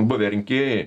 buvę rinkėjai